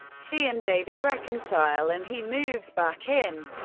she and david reconcile and he moves back in.